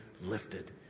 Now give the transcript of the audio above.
lifted